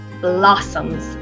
blossoms